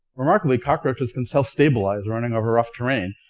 remarkably, cockroaches can self-stabilize running over rough terrain.